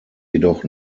jedoch